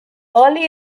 early